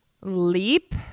Leap